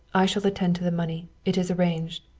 i shall attend to the money. it is arranged.